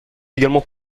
également